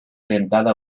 orientada